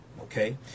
okay